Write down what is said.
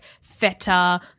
feta